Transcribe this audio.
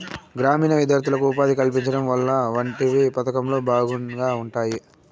గ్రామీణ విద్యార్థులకు ఉపాధి కల్పించడం వంటివి పథకంలో భాగంగా ఉంటాయి